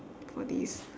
for this